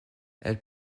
elles